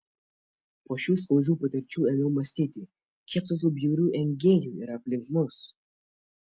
po šių skaudžių patirčių ėmiau mąstyti kiek tokių bjaurių engėjų yra aplink mus